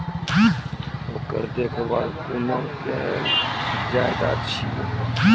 ओकर देखभाल कुना केल जायत अछि?